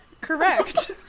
Correct